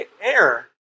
air